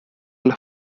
las